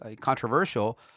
controversial